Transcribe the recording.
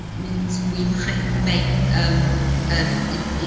means we might make um and